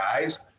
guys